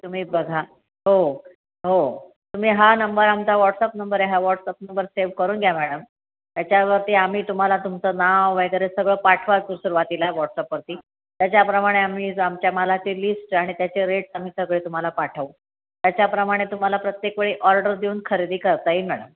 तुम्ही बघा हो हो तुम्ही हा नंबर आमचा वॉट्सअप नंबर आहे हा व्हॉट्सअप नंबर सेव्ह करून घ्या मॅडम त्याच्यावरती आम्ही तुम्हाला तुमचं नाव वगैरे सगळं पाठवा सु सुरुवातीला व्हॉट्सअपवरती त्याच्याप्रमाणे आम्ही जर आमच्या मालाचे लिस्ट आणि त्याचे रेट आम्ही सगळे तुम्हाला पाठवू त्याच्याप्रमाणे तुम्हाला प्रत्येक वेळी ऑर्डर देऊन खरेदी करता येईल मॅडम